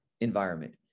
environment